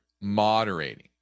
moderating